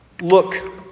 look